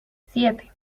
siete